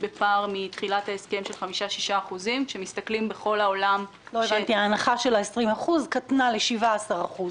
בפער מתחילת ההסכם של 5% 6%. כלומר ההוזלה של 20% קטנה ל-17%?